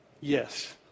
Yes